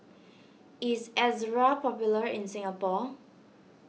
is Ezerra popular in Singapore